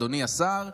אדוני השר,